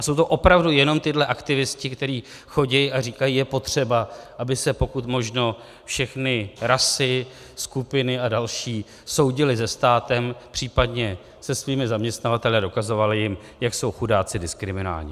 Jsou to opravdu jen tito aktivisté, kteří chodí a říkají: je potřeba, aby se pokud možno všechny rasy, skupiny a další soudily se státem, případně se svými zaměstnavateli a dokazovaly jim, jak jsou chudáci diskriminovaní.